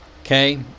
Okay